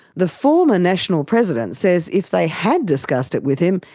the former national president says if they had discussed it with him,